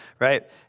right